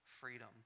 freedom